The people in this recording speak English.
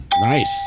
Nice